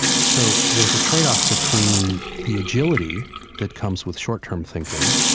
so there's a tradeoff between the agility that comes with short-term thinking